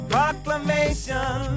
Proclamation